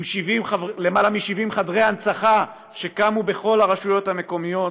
עם למעלה מ-70 חדרי הנצחה שקמו בכל הרשויות המקומיות,